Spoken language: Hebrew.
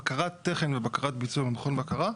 בקרת תכן ובקרת ביצוע ומכון בקרה,